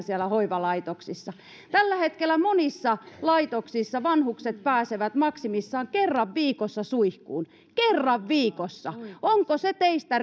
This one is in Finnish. siellä hoivalaitoksissa tällä hetkellä monissa laitoksissa vanhukset pääsevät maksimissaan kerran viikossa suihkuun kerran viikossa onko se teistä